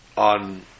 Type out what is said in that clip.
On